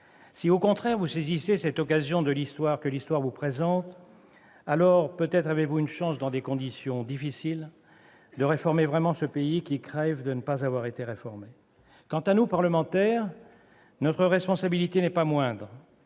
Si, au contraire, vous saisissez cette occasion que l'histoire vous présente, alors peut-être avez-vous une chance, dans des conditions difficiles, de réformer vraiment ce pays qui crève de ne pas avoir été réformé. Quant à nous, parlementaires, notre responsabilité n'est pas moindre.